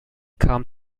kam